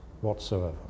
whatsoever